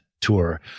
Tour